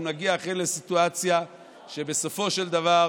אנחנו נגיע אכן לסיטואציה שבסופו של דבר